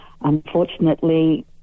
Unfortunately